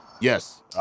Yes